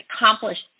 accomplished